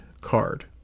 card